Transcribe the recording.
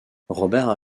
robert